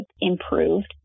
improved